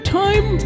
time